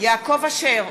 יעקב אשר,